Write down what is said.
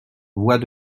voix